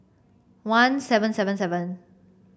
one seven seven seven